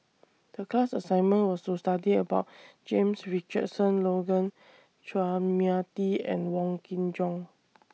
The class assignment was to study about James Richardson Logan Chua Mia Tee and Wong Kin Jong